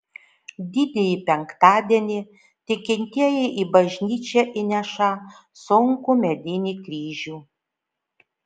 didįjį penktadienį tikintieji į bažnyčią įnešą sunkų medinį kryžių